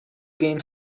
game